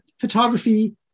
photography